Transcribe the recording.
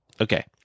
Okay